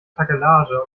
takelage